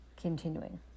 Continuing